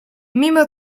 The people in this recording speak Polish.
mimo